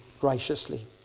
graciously